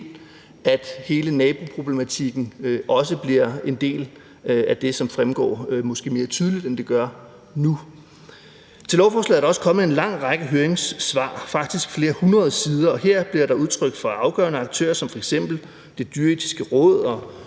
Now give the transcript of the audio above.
at hele naboproblematikken også bliver en del af det, som fremgår, måske mere tydeligt, end det gør nu. Til lovforslaget er der også kommet en lang række høringssvar, faktisk flere hundrede sider. Her bliver der fra afgørende aktører som f.eks. Det Dyreetiske Råd